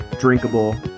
drinkable